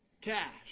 cash